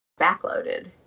backloaded